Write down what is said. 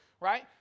right